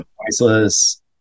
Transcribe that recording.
priceless